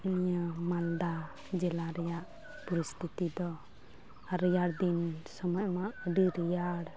ᱱᱤᱭᱟᱹ ᱢᱟᱞᱫᱟ ᱡᱮᱞᱟᱹ ᱨᱮᱭᱟ ᱯᱚᱨᱤᱥᱛᱤᱛᱤ ᱫᱚ ᱟᱨ ᱨᱮᱭᱟᱲ ᱫᱤᱱ ᱥᱚᱢᱚᱭ ᱢᱟ ᱟᱹᱰᱤ ᱨᱮᱭᱟᱲ